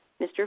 Mr